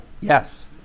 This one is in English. Yes